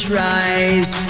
rise